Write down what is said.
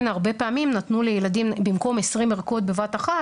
הרבה פעמים נתנו לילדים במקום 20 ערכות בבת אחת,